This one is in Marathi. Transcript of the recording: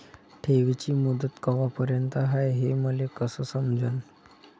ठेवीची मुदत कवापर्यंत हाय हे मले कस समजन?